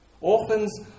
Orphans